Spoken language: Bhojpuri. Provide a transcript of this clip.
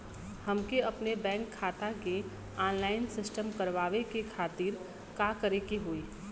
हमके अपने बैंक खाता के ऑनलाइन सिस्टम करवावे के खातिर का करे के होई?